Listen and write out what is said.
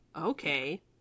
okay